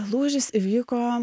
lūžis įvyko